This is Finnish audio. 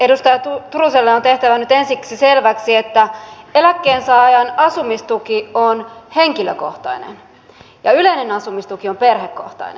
edustaja turuselle on nyt tehtävä ensiksi selväksi että eläkkeensaajan asumistuki on henkilökohtainen ja yleinen asumistuki on perhekohtainen